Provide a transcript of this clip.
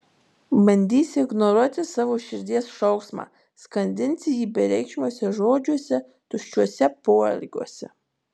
bandysi ignoruoti savo širdies šauksmą skandinsi jį bereikšmiuose žodžiuose tuščiuose poelgiuose